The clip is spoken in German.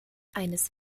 eines